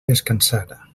descansar